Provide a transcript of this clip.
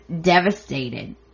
devastated